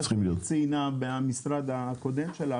מה שציינה נציגת המשרד הקודם שלך,